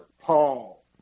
Paul